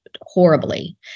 horribly